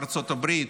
בארצות הברית,